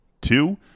two-